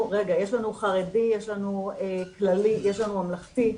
לנו חרדי, יש לנו כללי, יש לנו ממלכתי,